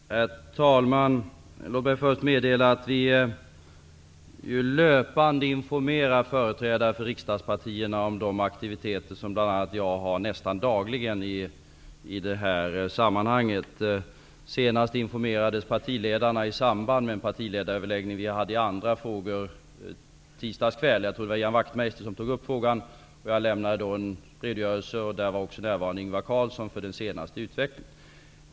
Herr talman! Låt mig först meddela att vi löpande informerar företrädare för riksdagspartierna om de aktiviteter som bl.a. jag nästan dagligen har i det här sammanhanget. Senast informerades partiledarna i samband med en partiledaröverläggning som vi hade i andra frågor i tisdags kväll. Jag tror att det var Ian Wachtmeister som tog upp frågan, och jag lämnade då en redogörelse för den senaste utvecklingen. Där var också Ingvar Carlsson närvarande.